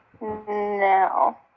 No